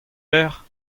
lecʼh